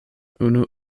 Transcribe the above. unu